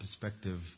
perspective